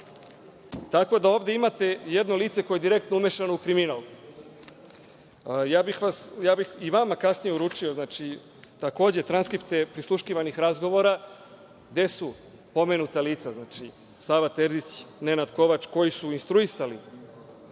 Tako da ovde imate jedno lice koje je direktno umešano u kriminal. Ja bih i vama kasnije uručio transkripte prisluškivanih razgovora gde su pomenuta lica, Sava Terzić, Nenad Kovač, koji su instruisali